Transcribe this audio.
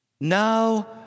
Now